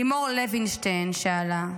לימור לוינשטיין שאלה: